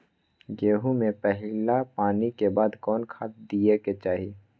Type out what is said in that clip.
गेंहू में पहिला पानी के बाद कौन खाद दिया के चाही?